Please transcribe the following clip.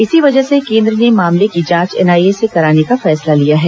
इसी वजह से केन्द्र ने मामले की जांच एनआईए से कराने का फैसला लिया है